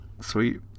sweet